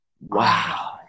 Wow